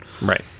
Right